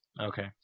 Okay